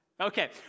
Okay